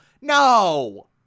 No